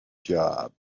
job